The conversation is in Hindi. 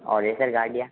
और रेसर गाडियाँ